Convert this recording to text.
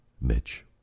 Mitch